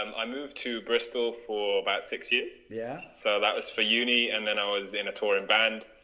um i moved to bristol for about six years yeah, so that was for uni, and then i was in a touring band